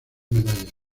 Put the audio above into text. medallas